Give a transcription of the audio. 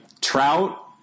Trout